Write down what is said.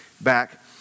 back